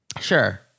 Sure